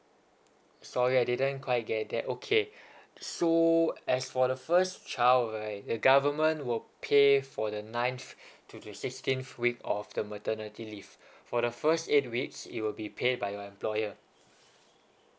sorry I didn't quite get that okay so as for the first child right the government will pay for the ninth to the sixteenth week of the maternity leave for the first eight weeks it'll be paid by a lawyer